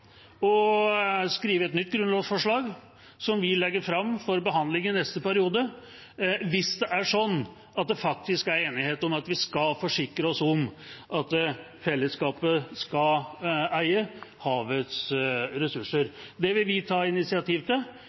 skrive et nytt grunnlovsforslag, som vi legger fram for behandling i neste periode, hvis det er sånn at det faktisk er enighet om at vi skal forsikre oss om at fellesskapet skal eie havets ressurser. Det vil vi ta initiativ til.